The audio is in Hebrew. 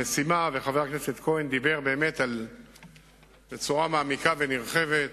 המשימה, חבר הכנסת כהן דיבר בצורה מעמיקה ונרחבת